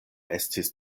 estis